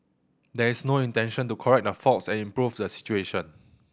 there is no intention to correct the faults and improve the situation